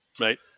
Right